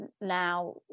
now